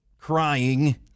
crying